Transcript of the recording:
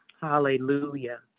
hallelujah